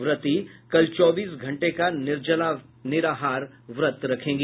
व्रती कल चौबीस घंटे का निरजला निराहार व्रत रखेगी